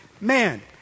man